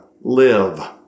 live